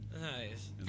Nice